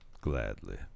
Gladly